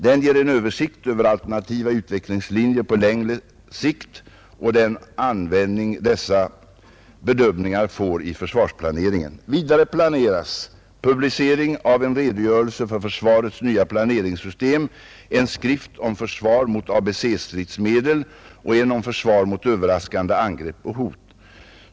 Den ger en översikt över alternativa utvecklingslinjer på längre sikt och den användning dessa bedömningar får i försvarsplaneringen. Vidare planeras publicering av en redogörelse för försvarets nya planeringssystem, en skrift om försvar mot ABC-stridsmedel och en om försvar mot överraskande angrepp och hot.